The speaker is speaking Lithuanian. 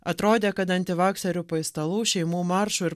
atrodė kad antivakserių paistalų šeimų maršo ir